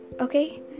Okay